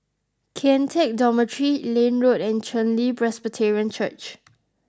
Kian Teck Dormitory Liane Road and Chen Li Presbyterian Church